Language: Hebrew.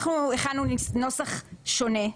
אנחנו הכנו נוסח שונה,